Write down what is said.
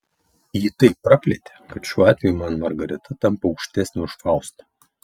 jį taip praplėtė kad šiuo atveju man margarita tampa aukštesnė už faustą